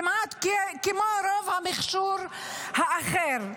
כמעט כמו ברוב המכשור האחר.